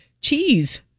cheese